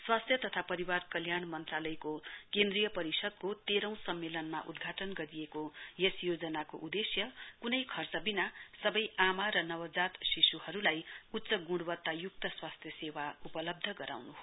स्वास्थ्य तथा परिवार कल्याण मन्त्रालयको केन्द्रीय परिषदको तैहें सम्मेलनमा उद्घाटन गरिएको यस योजनाको उदेश्य कुनै खर्चविना सबै आमा र नवजात शिशुहरुलाई उच्च गुणवक्तायुक्त स्वास्थ्य सेवा उपलब्ध गराउनु हो